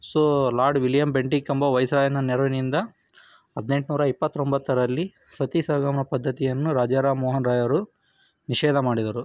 so lord William Bentinck ಎಂಬ ವೈಸರಾಯನ ನೆರವಿನಿಂದ ಹದ್ನೆಂಟು ನೂರ ಇಪ್ಪತ್ತೊಂಬತ್ತರಲ್ಲಿ ಸತಿ ಸಹಗಮನ ಪದ್ಧತಿಯನ್ನು ರಾಜಾ ರಾಮ್ ಮೋಹನ್ ರಾಯ್ ಅವರು ನಿಷೇಧ ಮಾಡಿದರು